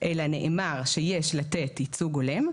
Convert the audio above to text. אלא נאמר שיש לתת ייצוג הולם.